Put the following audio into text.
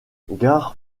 gare